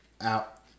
out